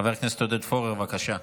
חבר הכנסת עודד פורר, בבקשה.